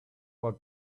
work